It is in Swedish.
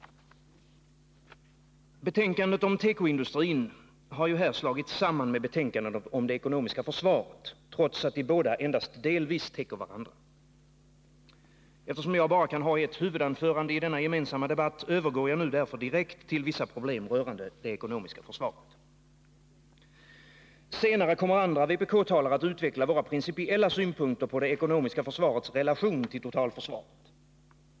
Betänkandet om tekoindustrin har här slagits samman med betänkandet om det ekonomiska försvaret, trots att de båda frågorna endast delvis täcker varandra. Eftersom jag bara kan ha ett huvudanförande i den gemensamma debatten övergår jag nu därför direkt till vissa problem rörande det ekonomiska försvaret. Senare kommer andra vpk-talare att utveckla våra principiella synpunkter på det ekonomiska försvarets relation till totalförsvaret.